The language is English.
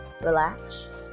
relax